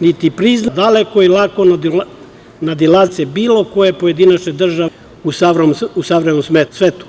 niti priznaje, a daleko i lako nadilazi granice bilo koje pojedinačne države u savremenom svetu.